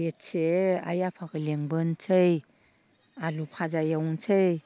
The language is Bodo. बेसे आइ आफाखो लिंबोनोसै आलु भाजा एवनोसै